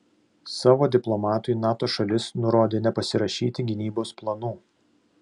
savo diplomatui nato šalis nurodė nepasirašyti gynybos planų